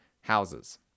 houses